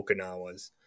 Okinawas